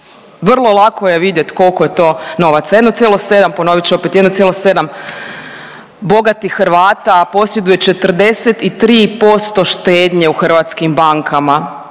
vrlo lako je vidjet koliko je to novaca. 1,7 ponovit ću opet 1,7 bogatih Hrvata posjeduje 43% štednje u hrvatskim bankama.